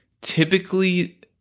typically